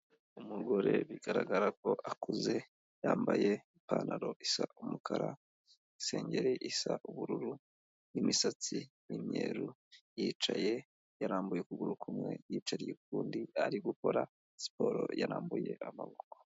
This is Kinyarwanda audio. Umugore bigaragara ko akuze yambaye ipantaro isa umukara, isengeri isa ubururu, imisatsi ni imyeru, yicaye yarambuye ukuguru kumwe yicariye ukundi, ari gukora siporo yarambuye amaboko.